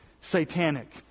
satanic